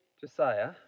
Josiah